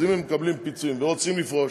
אז אם הם מקבלים פיצויים ורוצים לפרוש,